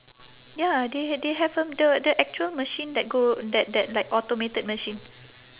ya they h~ they have a the the actual machine that go that that like automated machine